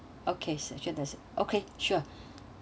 okay section as okay sure